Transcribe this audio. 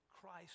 Christ